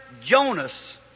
Jonas